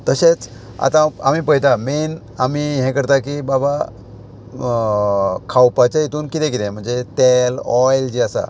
तशेंच आतां हांव आमी पळयता मेन आमी हें करता की बाबा खावपाच्या हितून किदें किदें म्हणजे तेल ऑयल जी आसा